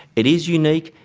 it is unique,